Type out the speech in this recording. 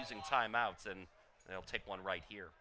using timeouts and they'll take one right here